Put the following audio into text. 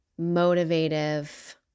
motivative